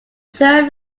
term